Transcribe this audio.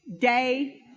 day